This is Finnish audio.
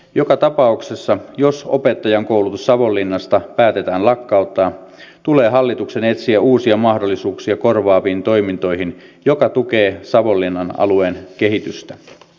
joka tapauksessa jos opettajankoulutus savonlinnasta päätetään lakkauttaa tulee hallituksen etsiä uusia mahdollisuuksia korvaaviin toimintoihin mikä tukee savonlinnan alueen kehitystä